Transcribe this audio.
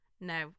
no